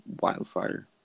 wildfire